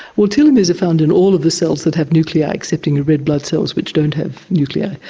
well telomeres are found in all of the cells that have nuclei accepting of red blood cells which don't have nuclei.